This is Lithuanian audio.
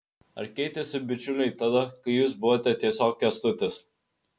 ar keitėsi bičiuliai tada kai jūs buvote tiesiog kęstutis